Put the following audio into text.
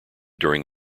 during